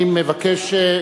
חברי הכנסת, אני מבקש מכם